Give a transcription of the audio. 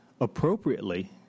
appropriately